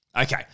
Okay